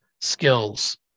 skills